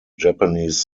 japanese